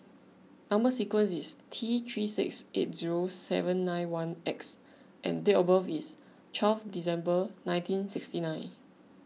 Number Sequence is T three six eight zero seven nine one X and date of birth is twelve December nineteen sixty nine